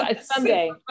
Someday